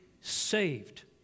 saved